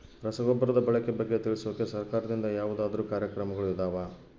ರಸಗೊಬ್ಬರದ ಬಳಕೆ ಬಗ್ಗೆ ತಿಳಿಸೊಕೆ ಸರಕಾರದಿಂದ ಯಾವದಾದ್ರು ಕಾರ್ಯಕ್ರಮಗಳು ಇದಾವ?